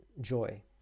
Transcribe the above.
joy